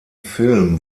film